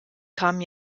kamen